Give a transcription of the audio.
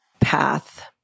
path